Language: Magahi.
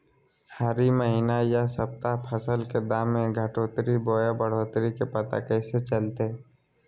हरी महीना यह सप्ताह फसल के दाम में घटोतरी बोया बढ़ोतरी के पता कैसे चलतय?